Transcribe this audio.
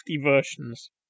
versions